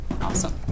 Awesome